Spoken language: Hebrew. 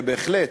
ובהחלט,